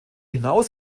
hinaus